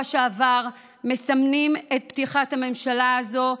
שעבר מסמנים את פתיחת הממשלה הזאת,